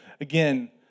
Again